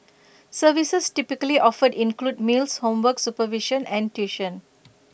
services typically offered include meals homework supervision and tuition